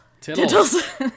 Tittles